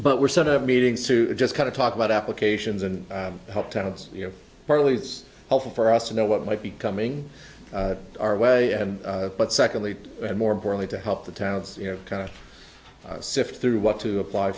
but we're set up meetings to just kind of talk about applications and help towns you know partly it's helpful for us to know what might be coming our way and but secondly and more importantly to help the towns you know kind of sift through what to apply